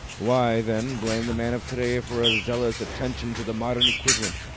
why, then, blame the man of today for a zealous attention to the modern equivalent,